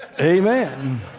Amen